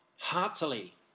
heartily